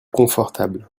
confortable